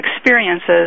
experiences